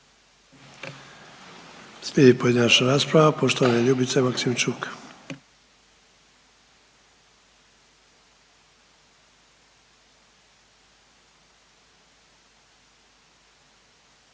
Slijedi pojedinačna rasprava poštovane Ljubice Maksimčuk.